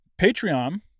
Patreon